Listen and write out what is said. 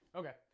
okay